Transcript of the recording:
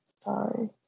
Sorry